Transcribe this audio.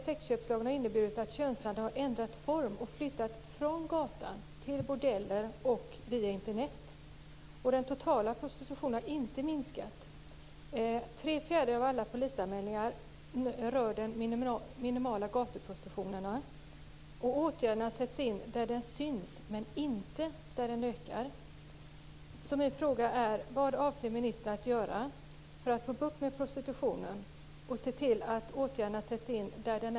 Sexköpslagen har inneburit att könshandeln har ändrat form och flyttat från gatan till bordeller och Internet. Den totala prostitutionen har inte minskat. Tre fjärdedelar av alla polisanmälningar rör den minimala gatuprostitutionen. Åtgärderna sätts in där de syns, men inte där prostitutionen ökar.